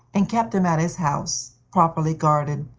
and kept him at his house, properly guarded.